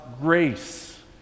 grace